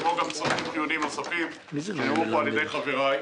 כמו גם צרכים חיוניים נוספים שהוצגו פה על ידי חבריי.